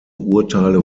urteile